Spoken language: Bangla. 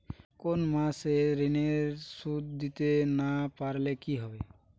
কোন মাস এ ঋণের সুধ দিতে না পারলে কি হবে?